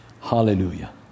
Hallelujah